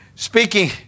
Speaking